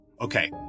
Okay